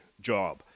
job